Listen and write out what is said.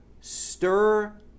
stir